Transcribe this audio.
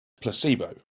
placebo